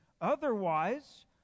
Otherwise